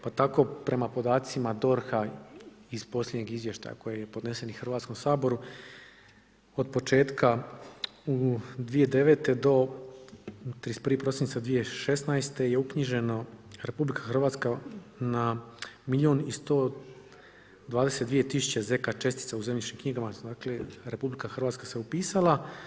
Pa tako prema podacima DORH-a iz posljednjeg izvještaja koji je podnesen i Hrvatskom saboru od početka 2009. do 31. prosinca 2016. je uknjiženo RH na milijun i 122 tisuće ZK čestica u zemljišnim knjigama smo rekli, RH se upisala.